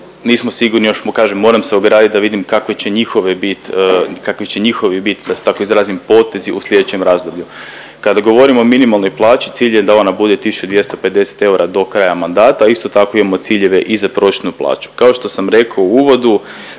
nismo sigurni, još kažem, moram se ograditi da vidim kakve će njihove bit, kakvi će njihovi bit, da se tako izrazim, potezi u sljedećem razdoblju. Kada govorimo o minimalnoj plaći, cilj je da ona bude 1250 eura do kraja mandata, isto tako, imamo ciljeve i za prosječnu plaću. Kao što sam rekao u uvodu,